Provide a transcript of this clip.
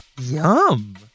Yum